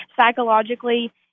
psychologically